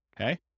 Okay